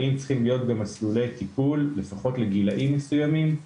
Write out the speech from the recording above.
האם צריכים להיות מסלולי טיפול לפחות לגילאים מסוימים,